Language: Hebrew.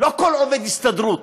לא כל עובד הסתדרות,